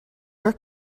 where